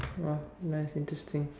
!wah! nice interesting